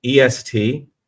EST